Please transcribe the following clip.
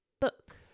book